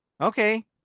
okay